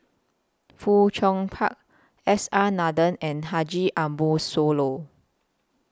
Fong Chong Park S R Nathan and Haji Ambo Sooloh